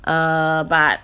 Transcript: err but